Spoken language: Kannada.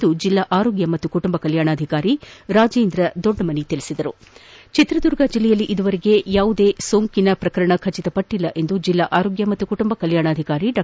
ಎಂದು ಜಿಲ್ಲಾ ಆರೋಗ್ಕ ಮತ್ತು ಕುಟುಂಬ ಕಲ್ಕಾಣಾಧಿಕಾರಿ ರಾಜೇಂದ್ರ ದೊಡ್ಡಮನಿ ತಿಳಿಸಿದ್ದಾರೆ ಚಿತ್ರದುರ್ಗ ಜಿಲ್ಲೆಯಲ್ಲಿ ಇದುವರೆಗೆ ಯಾವುದೇ ಕೊರೊನಾ ಸೋಂಕಿನ ಪ್ರಕರಣ ದೃಢಪಟ್ಟಿಲ್ಲ ಎಂದು ಜಿಲ್ಲಾ ಆರೋಗ್ತ ಮತ್ತು ಕುಟುಂಬ ಕಲ್ಯಾಣ ಅಧಿಕಾರಿ ಡಾ